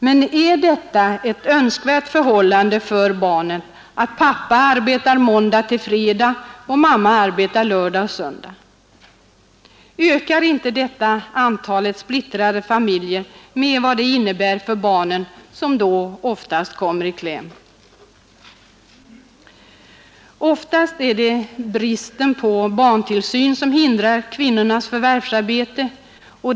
Men är det ett önskvärt förhållande för barnen att pappa arbetar måndag-fredag och mamma arbetar lördag-söndag? Ökar inte detta antalet splittrade familjer med vad det innebär för barnen som då oftast kommer i kläm? Mestadels är det bristen på barntillsyn som hindrar kvinnornas förvärvsarbete.